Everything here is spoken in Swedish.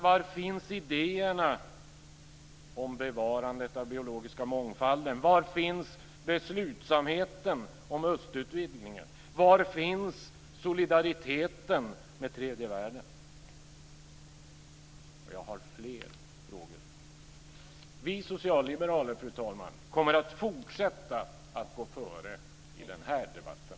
Var finns idéerna om bevarandet av den biologiska mångfalden? Var finns beslutsamheten om östutvidgningen? Var finns solidariteten med tredje världen? Jag har fler frågor. Fru talman! Vi socialliberaler kommer att fortsätta att gå före i den här debatten.